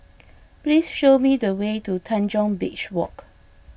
please show me the way to Tanjong Beach Walk